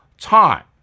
time